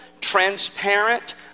transparent